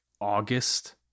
August